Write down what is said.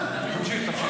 תמשיך.